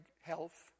health